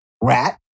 rat